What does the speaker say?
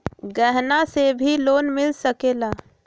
गहना से भी लोने मिल सकेला?